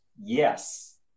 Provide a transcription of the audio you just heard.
Yes